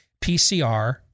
PCR